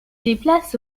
déplacent